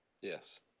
Yes